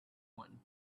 one